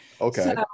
Okay